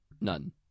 none